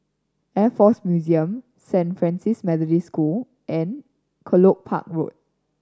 Air Force Museum Saint Francis Methodist School and Kelopak Road